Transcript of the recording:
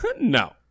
No